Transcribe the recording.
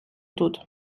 тут